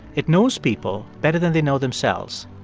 it knows people better than they know themselves.